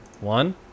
One